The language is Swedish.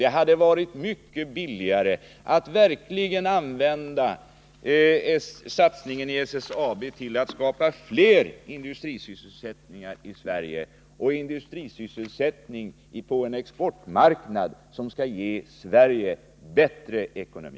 Det hade varit mycket billigare att verkligen använda satsningen i SSAB till att skapa fler industrisysselsättningar i Sverige och industrisysselsättning på en exportmarknad som skall ge Sverige bättre ekonomi.